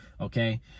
okay